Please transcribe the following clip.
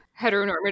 heteronormative